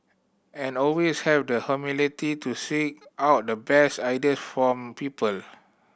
and always have the humility to seek out the best idea from people